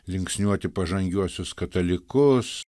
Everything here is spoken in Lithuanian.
linksniuoti pažangiuosius katalikus